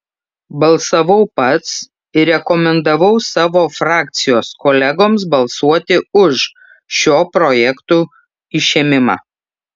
balsavau pats ir rekomendavau savo frakcijos kolegoms balsuoti už šio projekto išėmimą